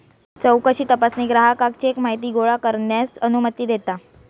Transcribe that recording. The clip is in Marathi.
चौकशी तपासणी ग्राहकाक चेक माहिती गोळा करण्यास अनुमती देता